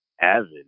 avid